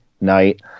night